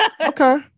Okay